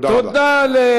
תודה רבה.